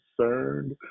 concerned